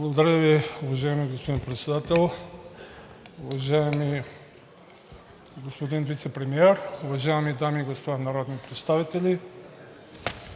Благодаря Ви, уважаеми господин Председател. Уважаеми господин Вицепремиер, уважаеми дами и господа народни представители!